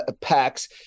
packs